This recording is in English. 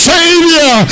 Savior